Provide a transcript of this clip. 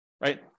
right